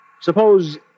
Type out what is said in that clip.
Suppose